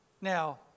Now